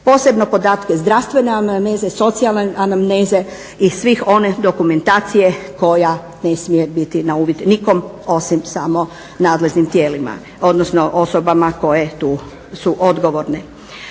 posebno podatke zdravstvene anamneze, socijalne anamneze i sve one dokumentacije koja ne smije biti na uvid nikom osim samo nadležnim tijelima, odnosno osobama koje tu su odgovorne.